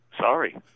Sorry